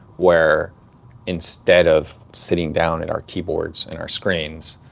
where instead of sitting down at our keyboards and our screens